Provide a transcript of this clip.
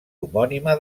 homònima